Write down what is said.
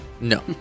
No